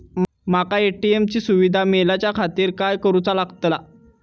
माका ए.टी.एम ची सुविधा मेलाच्याखातिर काय करूचा लागतला?